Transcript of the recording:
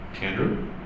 Andrew